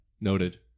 Noted